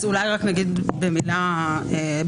אז אולי רק נגיד מילה בפתיחה.